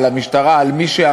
על המשטרה,